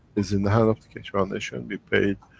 is in the hand of the keshe foundation, we paid.